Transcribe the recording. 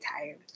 tired